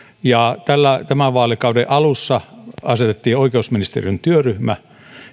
ja tämän vaalikauden alussa asetettiin oikeusministeriön työryhmä